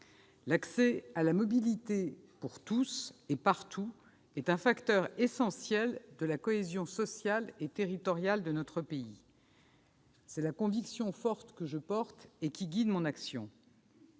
L'accès à la mobilité pour tous et partout est un facteur essentiel de la cohésion sociale et territoriale de notre pays. C'est la conviction forte que je porte et qui guide mon action.